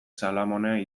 salamone